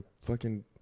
fucking-